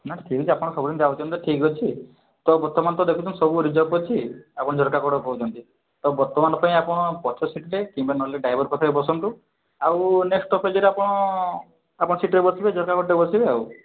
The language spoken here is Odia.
ନା ସିଟ୍ ଆପଣ ସବୁଦିନ ଯାଉଛନ୍ତି ଯେ ଠିକ ଅଛି ତ ବର୍ତ୍ତମାନ ତ ଦେଖୁଛନ୍ତି ସବୁ ରିଜର୍ଭ ଅଛି ଆପଣ ଝରକା ପଟେ ବଉଛନ୍ତି ତ ବର୍ତ୍ତମାନ ପାଇଁ ଆପଣ ପଛ ସିଟ୍ରେ କିମ୍ବା ନହେଲେ ଡ୍ରାଇଭର ପାଖରେ ବସନ୍ତୁ ଆଉ ନେକ୍ସ୍ଟ ସ୍ଟପେଜରେ ଆପଣ ଆପଣ ସିଟରେ ବସିବେ ଝରକା ପଟେ ବସିବେ ଆଉ